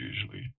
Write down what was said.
usually